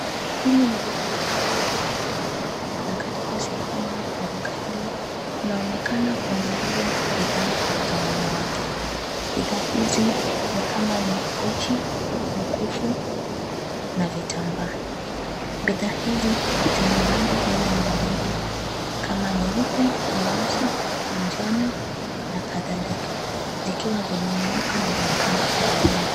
Hili ni duka la nguo na urembo. Na katika duka hili kunaonekana kunauzwa bidhaa za wanawake. Bidha hizi ni kama pochi, mkufu, na vitambaa. Bidhaa hizi zina rangi aina mbalimbali kama nyeupe, nyeusi, manjano na kadhalika, zikiwa zimenyooka na zimepangwa kwa laini.